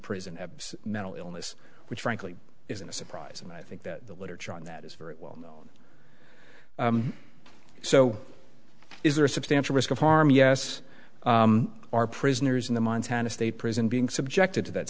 abse mental illness which frankly isn't a surprise and i think that the literature on that is very well so is there a substantial risk of harm yes are prisoners in the montana state prison being subjected to that